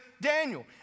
Daniel